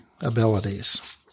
abilities